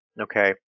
okay